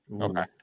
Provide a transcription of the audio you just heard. Okay